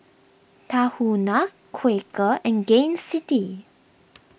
Tahuna Quaker and Gain City